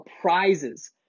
prizes